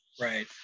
Right